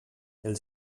els